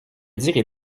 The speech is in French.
dirai